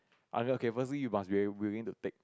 uh okay firstly you must willing to take